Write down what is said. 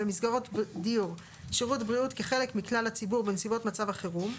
שירות בריאות כחלק מכלל הציבור בנסיבות מצב החירום,